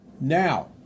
Now